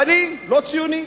ואני לא ציוני,